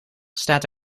staat